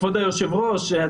כבוד היושב-ראש,